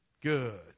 Good